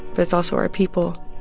but it's also our people.